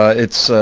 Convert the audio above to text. ah it's,